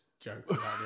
joke